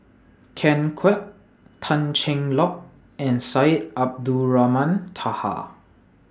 Ken Kwek Tan Cheng Lock and Syed Abdulrahman Taha